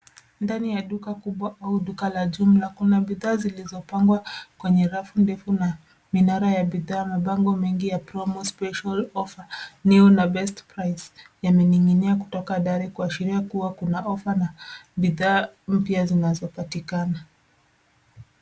Ndani ya duka kubwa au duka la jumla, kuna bidhaa zilizopangwa kwenye rafu ndefu na minara ya bidhaa, mabango mengi ya promo special offer, new na best price ,yameninginia kutoka dari kuashiria kuwa kuna ofa na bidhaa mpya zinazopatikana.